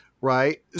right